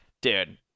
dude